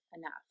enough